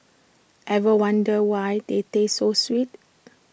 ever wondered why they taste so sweet